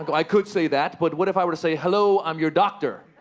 go, i could say that, but what if i were to say, hello. i'm your doctor'?